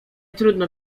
trudno